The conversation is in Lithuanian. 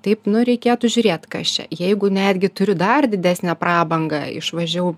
taip nu reikėtų žiūrėt kas čia jeigu netgi turi dar didesnę prabangą išvažiau